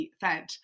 fed